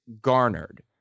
garnered